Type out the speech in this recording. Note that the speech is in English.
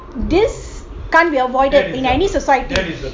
this can't be avoided in any society